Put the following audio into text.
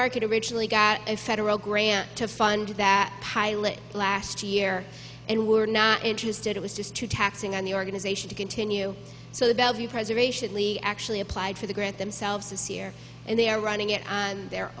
market originally got a federal grant to fund that pilot last year and were not interested it was just too taxing on the organization to continue so the bellevue preservation lee actually applied for the grant themselves is here and they are running it their